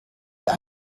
the